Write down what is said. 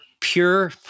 pure